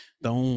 Então